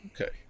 Okay